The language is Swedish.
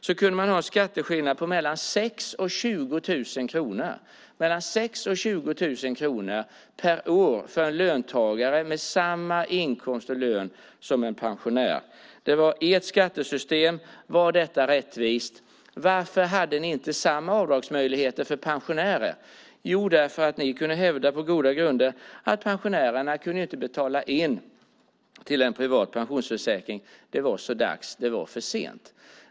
Då kunde skatteskillnaden mellan en löntagare och en pensionär med samma inkomst och lön vara mellan 6 000 och 20 000 kronor per år. Det var ert skattesystem, men var det rättvist? Varför hade ni inte samma avdragsmöjligheter för pensionärer? Jo, därför att ni på goda grunder hävdade att pensionärerna inte kunde betala in till en privat pensionsförsäkring. Det var så dags då. Det var för sent.